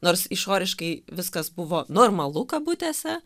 nors išoriškai viskas buvo normalu kabutėse